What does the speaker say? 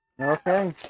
Okay